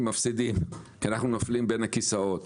מפסידים כי אנחנו נופלים בין הכיסאות.